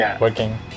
working